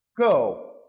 Go